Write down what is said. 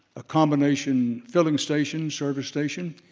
a combination filling station, service station,